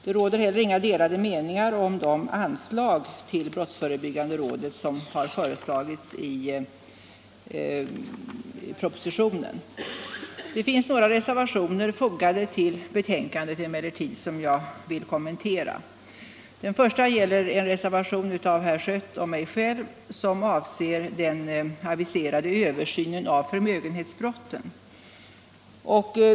Det råder heller inga delade meningar om de anslag till brottsförebyggande rådet som har föreslagits i propositionen. Vid betänkandet har emellertid fogats några reservationer som jag vill kommentera. Reservationen 1 av herr Schött och mig gäller den aviserade översynen av förmögenhetsbrotten.